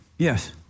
Yes